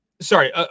sorry